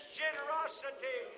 generosity